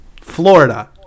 Florida